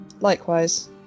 likewise